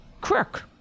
crook